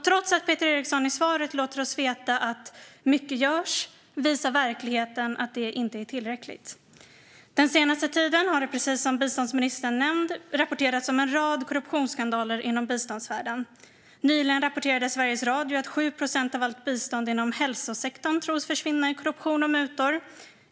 Trots att Peter Eriksson i svaret låter oss veta att mycket görs visar verkligheten att det inte är tillräckligt. Den senaste tiden har det, som biståndsministern nämnde, rapporterats om en rad korruptionsskandaler inom biståndsvärlden. Nyligen rapporterade Sveriges Radio att 7 procent av allt bistånd inom hälsosektorn tros försvinna i korruption och mutor.